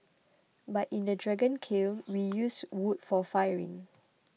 but in a dragon kiln we use wood for firing